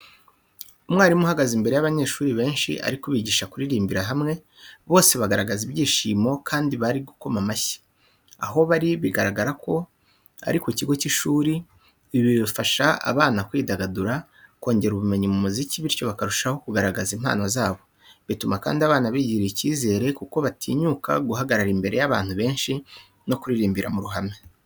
Umwarimu uhagaze imbere y’abanyeshuri benshi ari kubigisha kuririmbira hamwe, bose bagaragaza ibyishimo kandi bari gukoma mu mashyi. Aho bari bigaragara ko ari ku kigo cy'ishuri. Ibi bifasha abana kwidagadura, kongera ubumenyi mu muziki bityo bakarushaho kugaragaza impano zabo. Bituma kandi abana bigirira icyizere kuko batinyuka guhagarara imbere y'abantu benshi no kuririmba mu ruhame.